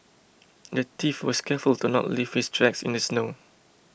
the thief was careful to not leave his tracks in the snow